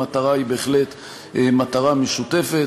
המטרה היא בהחלט מטרה משותפת,